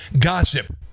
gossip